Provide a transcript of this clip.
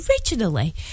originally